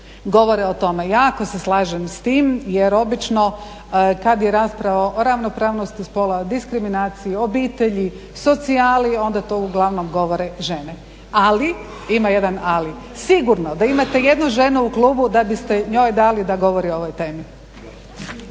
govore o tome. Jako se slažem s tim jer obično kada je rasprava o ravnopravnosti spolova, diskriminaciji, obitelji, socijali onda to uglavnom govore žene. Ali ima jedan ali, sigurno da imate jednu ženu u klubu da biste njoj dali da govori o ovoj temi.